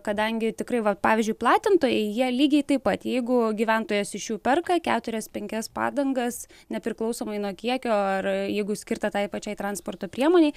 kadangi tikrai va pavyzdžiui platintojai jie lygiai taip pat jeigu gyventojas iš jų perka keturias penkias padangas nepriklausomai nuo kiekio ar jeigu skirta tai pačiai transporto priemonei